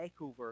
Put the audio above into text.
takeover